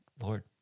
Lord